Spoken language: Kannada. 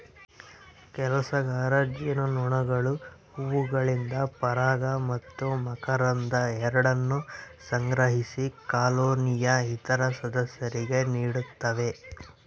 ಕೆಲಸಗಾರ ಜೇನುನೊಣಗಳು ಹೂವುಗಳಿಂದ ಪರಾಗ ಮತ್ತು ಮಕರಂದ ಎರಡನ್ನೂ ಸಂಗ್ರಹಿಸಿ ಕಾಲೋನಿಯ ಇತರ ಸದಸ್ಯರಿಗೆ ನೀಡುತ್ತವೆ